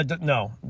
No